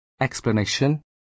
Explanation